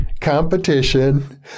competition